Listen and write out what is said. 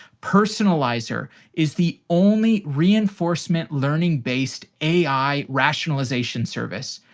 personalizer is the only reinforcement learning-based ai rationalization service.